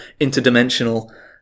interdimensional